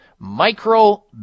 Micro